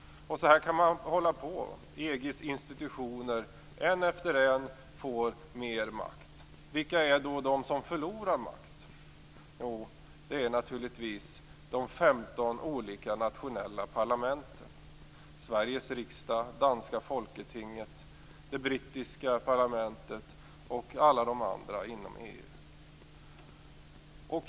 Så här kan man hålla på; EU:s institutioner får en efter en mer makt. Vilka är då de som förlorar makt? Jo, det är naturligtvis de 15 olika nationella parlamenten; Sveriges riksdag, det danska folketinget, det brittiska parlamentet och alla de andra inom EU.